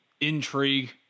intrigue